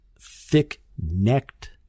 thick-necked